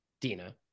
Dina